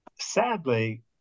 sadly